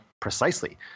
precisely